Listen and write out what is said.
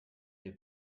der